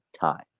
time